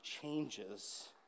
changes